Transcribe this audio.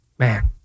Man